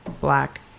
Black